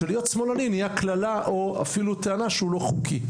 שלהיות שמאלני נהיה קללה או אפילו טענה שהוא לא חוקי,